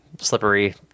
slippery